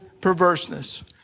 perverseness